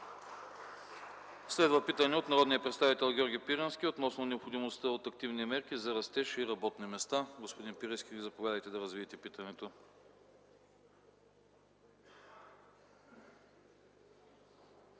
Следва питане от народния представител Георги Пирински относно необходимостта от активни мерки за растеж и работни места. Господин Пирински, заповядайте да развиете питането.